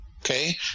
okay